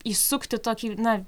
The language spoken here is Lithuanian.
įsukti tokį na